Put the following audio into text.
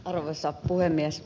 arvoisa puhemies